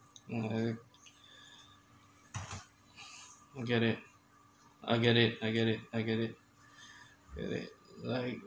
uh I get it I get it I get it I get it I get it like